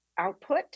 output